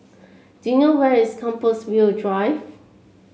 do you know where is Compassvale Drive